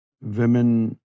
women